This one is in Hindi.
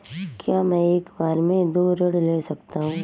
क्या मैं एक बार में दो ऋण ले सकता हूँ?